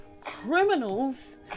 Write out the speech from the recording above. Criminals